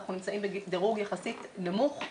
אנחנו נמצאים בדירוג יחסית נמוך.